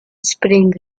spring